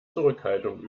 zurückhaltung